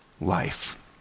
life